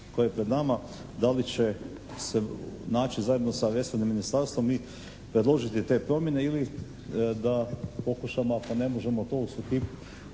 koje je pred nama, da li će se naći zajedno sa resornim ministarstvom i predložiti te promjene. Ili da pokušamo ako ne možemo to u okviru